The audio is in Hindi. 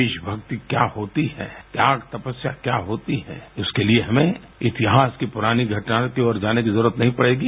देशभक्ति क्या होती है त्याग तपस्या क्या होती है उसके लिए हमें इतिहास की पुरानी घटनाओं की ओर जाने की जरूरत नहीं पड़ेगी